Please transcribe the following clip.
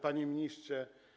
Panie Ministrze!